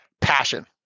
passion